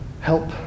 help